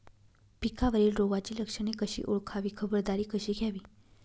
पिकावरील रोगाची लक्षणे कशी ओळखावी, खबरदारी कशी घ्यावी?